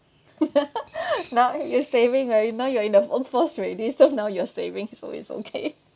now you're saving right now you are in the workforce already so now you are saving so it's okay